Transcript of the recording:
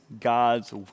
God's